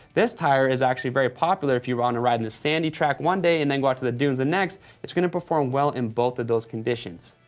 this tire is actually very popular if you wanna ah and ride in the sandy track one day and then go out to the dunes the next. it's gonna perform well in both of those conditions.